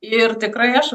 ir tikrai aš